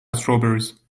strawberries